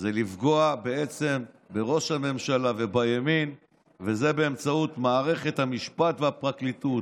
זה רק לפגוע בראש הממשלה ובימין באמצעות מערכת המשפט והפרקליטות.